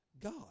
God